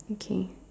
okay